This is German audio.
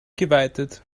geweitet